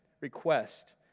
request